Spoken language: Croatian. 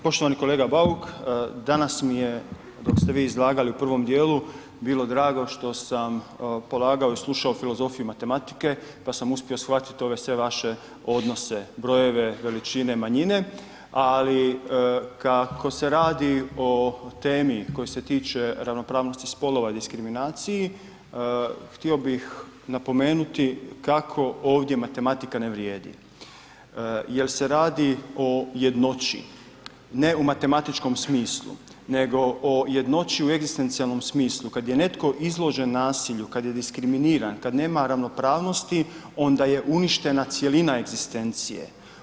Poštovani kolega Bauk, danas mi je dok ste vi izlagali u prvom dijelu bilo drago što sam polagao i slušao filozofiju matematike pa sam uspio shvatiti ove sve vaše odnose, brojeve, veličine, manjine ali kako se radi o temi koja se tiče ravnopravnosti spolova i diskriminaciji htio bih napomenuti kako ovdje matematika ne vrijedi jer se radi o jednoći ne u matematičkom smislu nego o jednoći u egzistencijalnom smislu, kada je netko izložen nasilju, kada je diskriminiran, kada nema ravnopravnosti onda je uništena cjelina egzistencije.